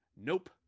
Nope